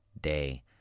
day